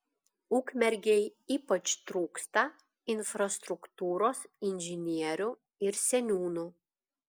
ukmergei ypač trūksta infrastruktūros inžinierių ir seniūnų